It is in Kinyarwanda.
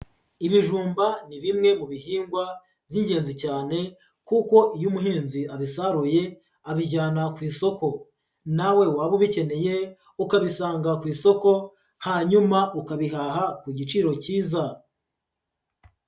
Ibijumba ni bimwe mu bihingwa by'ingenzi cyane kuko iyo umuhinzi abisaruye, abijyana ku isoko, nawe waba ubikeneye ukabisanga ku isoko, hanyuma ukabihaha ku giciro cyiza.